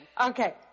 Okay